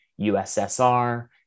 USSR